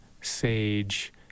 sage